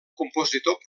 compositor